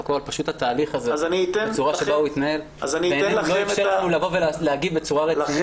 פשוט הצורה שבה התנהל התהליך לא אפשר לנו להגיב בצורה רצינית